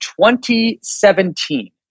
2017